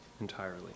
entirely